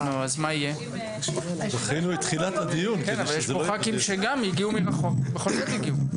נמצאים כאן חברי כנסת שהגיעו מרחוק ובכל זאת הגיעו.